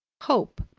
hope,